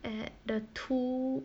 at the two